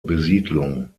besiedlung